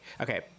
okay